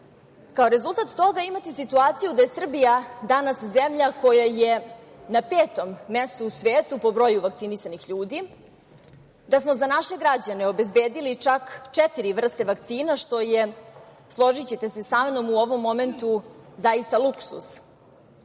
Kao rezultat toga imate situaciju da je Srbija danas zemlja koja je na petom mestu u svetu po broju vakcinisanih ljudi, da smo za naše građane obezbedili čak četiri vrste vakcina, što je složićete se sa mnom, u ovom momentu zaista luksuz.